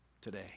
today